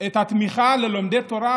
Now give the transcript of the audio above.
את התמיכה ללומדי תורה.